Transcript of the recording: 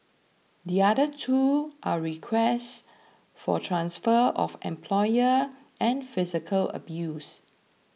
the other two are requests for transfer of employer and physical abuse